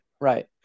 right